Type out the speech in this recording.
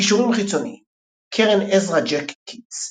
קישורים חיצוניים קרן עזרא ג'ק קיטס